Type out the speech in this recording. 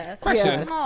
question